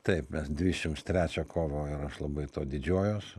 taip mes dviešims trečią kovo ir aš labai tuo didžiuojuos